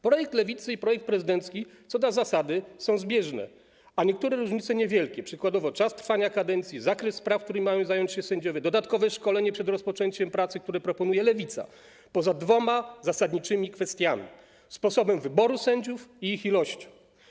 Projekt Lewicy i projekt prezydencki co do zasady są zbieżne, a różnice są niewielkie - przykładowo czas trwania kadencji, zakres spraw, którymi mają zająć się sędziowie, dodatkowe szkolenie przed rozpoczęciem pracy, które proponuje Lewica - poza dwoma zasadniczymi kwestiami: sposobem wyboru sędziów i ich liczbą.